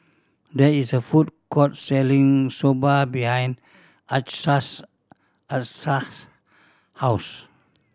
there is a food court selling Soba behind Achsah's house